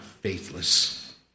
faithless